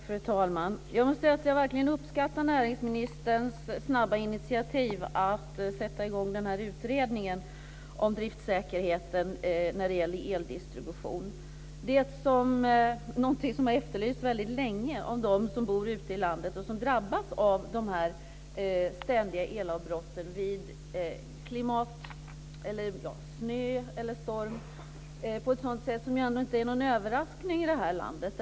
Fru talman! Jag måste säga att jag verkligen uppskattar näringsministerns snabba initiativ att sätta i gång utredningen om driftsäkerheten när det gäller eldistribution. Det är något som har efterlysts väldigt länge av dem som bor ute i landet och som drabbas av de ständiga elavbrotten vid snö eller storm. Det är ändå inte någon överraskning i det här landet.